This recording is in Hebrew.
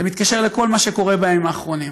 זה מתקשר לכל מה שקורה בימים האחרונים: